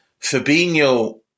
Fabinho